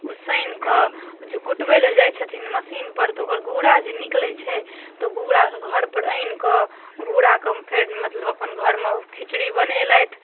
ऊसैन कऽ जे कुटबै लए जाइ छथिन मशीन पर तऽ ओकर गुड़ा जे निकलै छै तऽ गुड़ाके घर पर आनि कऽ गुड़ाके फेर मतलब अपन घरमे खिचड़ी बनेलथि